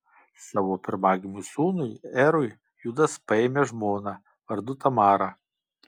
savo pirmagimiui sūnui erui judas paėmė žmoną vardu tamara